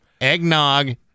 Eggnog